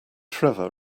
trevor